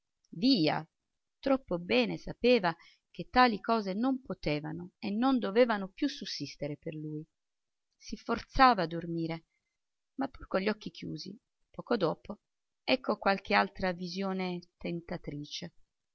via troppo bene sapeva che tali cose non potevano e non dovevano più sussistere per lui si forzava a dormire ma pur con gli occhi chiusi poco dopo ecco qualche altra visione tentatrice